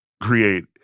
create